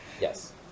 Yes